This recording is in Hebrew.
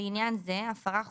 לעניין זה, "הפרה חוזרת"